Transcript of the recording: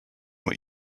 what